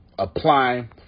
Apply